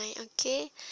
okay